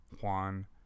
Juan